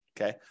Okay